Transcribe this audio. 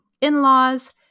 in-laws